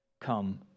come